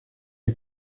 est